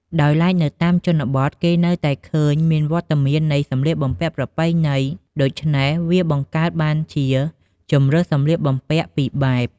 ដោយឡែកនៅតាមជនបទ គេនៅតែឃើញមានវត្តមាននៃសម្លៀកបំពាក់ប្រពៃណី ដូច្នេះវាបង្កើតបានជាជម្រើសសម្លៀកបំពាក់ពីរបែប។